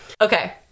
Okay